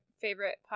favorite